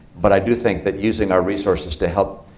but i do think that using our resources to help